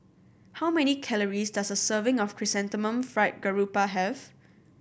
how many calories does a serving of Chrysanthemum Fried Garoupa have